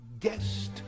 guest